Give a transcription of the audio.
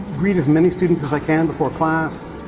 greet as many students as i can before class,